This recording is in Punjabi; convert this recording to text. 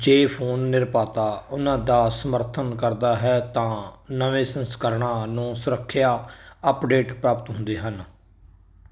ਜੇ ਫ਼ੋਨ ਨਿਰਮਾਤਾ ਉਹਨਾਂ ਦਾ ਸਮਰਥਨ ਕਰਦਾ ਹੈ ਤਾਂ ਨਵੇਂ ਸੰਸਕਰਣਾਂ ਨੂੰ ਸੁਰੱਖਿਆ ਅੱਪਡੇਟ ਪ੍ਰਾਪਤ ਹੁੰਦੇ ਹਨ